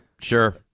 sure